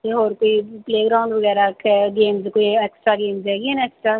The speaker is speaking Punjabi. ਅਤੇ ਹੋਰ ਕੋਈ ਪਲੇਅਗਰਾਉਂਡ ਵਗੈਰਾ ਕੇ ਗੇਮਜ਼ ਕੋਈ ਐਕਸਟਰਾ ਗੇਮਜ਼ ਹੈਗੀਆਂ ਨੇ ਐਕਸਟਰਾ